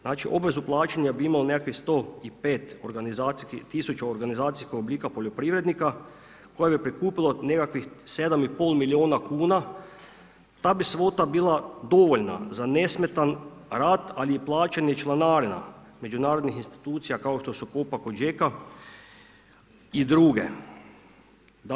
Znači obvezu plaćanja bi imao nekakvih 105 000 organizacijskih oblika poljoprivrednika koja bi prikupilo nekakvih 7,5 milijuna kuna, ta bi svota bila dovoljna za nesmetan rad ali i plaćanje članarina međunarodnih institucija kao što su COPA-cogeca i druge.